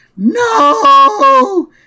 no